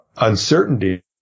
uncertainty